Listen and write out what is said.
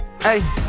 hey